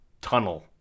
tunnel